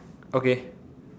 okay